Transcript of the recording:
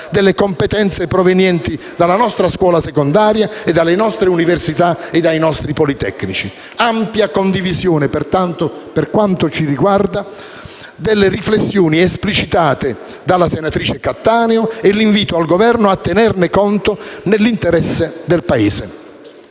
delle competenze provenienti dalla nostra scuola secondaria, dalle nostre università e dai nostri politecnici. Ampia è pertanto la condivisione, per quanto ci riguarda, delle riflessioni esplicitate dalla senatrice Cattaneo e rivolgiamo l'invito al Governo a tenerne conto nell'interesse del Paese.